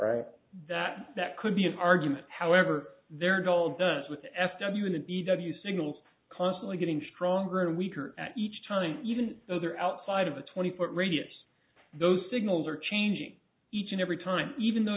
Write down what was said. right that that could be an argument however their goal does with f w in the b w signals constantly getting stronger and weaker each time even though they're outside of a twenty foot radius those signals are changing each and every time even though